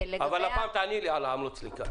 אחר כך תעני לי על עמלות הסליקה.